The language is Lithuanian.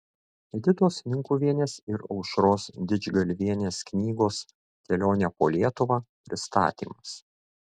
editos minkuvienės ir aušros didžgalvienės knygos kelionė po lietuvą pristatymas